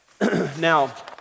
Now